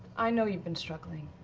i know yeah been struggling.